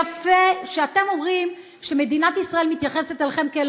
זה יפה שאתם אומרים שמדינת ישראל מתייחסת אליכם כאל